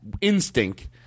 Instinct